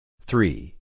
three